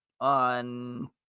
on